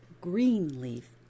Greenleaf